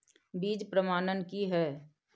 बीज प्रमाणन की हैय?